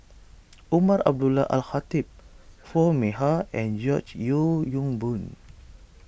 Umar Abdullah Al Khatib Foo Mee Har and George Yeo Yong Boon